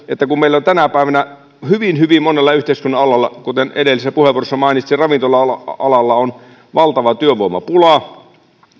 että kun meillä on tänä päivänä hyvin hyvin monella yhteiskunnan alalla työvoimapula kuten edellisessä puheenvuorossa mainitsin ravintola alalla alalla on valtava työvoimapula ja